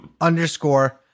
underscore